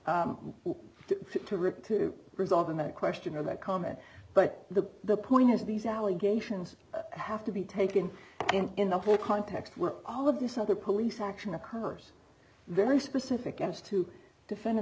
rip to resolving that question or that comment but the point is these allegations have to be taken in the whole context where all of this other police action occurs very specific as to defend